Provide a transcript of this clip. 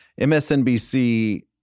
MSNBC